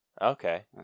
Okay